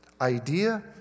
idea